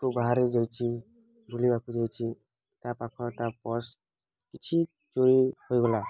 କେଉଁ ବାହାରେ ଯାଇଛି ବୁଲିବାକୁ ଯାଇଛି ତା' ପାଖ ତା' ପର୍ସ କିଛି ଚୋରି ହୋଇଗଲା